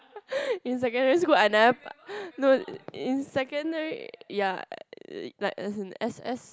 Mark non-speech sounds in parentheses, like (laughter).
(laughs) in secondary school I never (breath) no in secondary ya like as in S_S